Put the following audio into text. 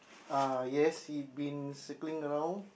uh yes he been circling around